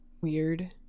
weird